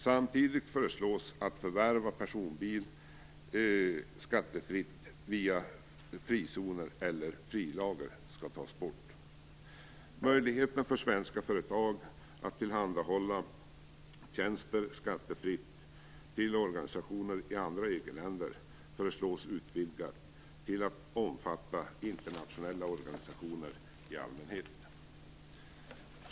Samtidigt föreslås att möjligheten att förvärva personbilar skattefritt via frizon eller frilager skall tas bort. länder föreslås utvidgad till att omfatta internationella organisationer i allmänhet.